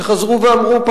שחזרו ואמרו,